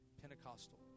Pentecostal